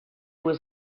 was